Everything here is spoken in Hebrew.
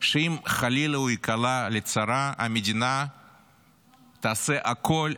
שאם חלילה הוא ייקלע לצרה המדינה תעשה הכול,